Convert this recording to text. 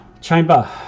chamber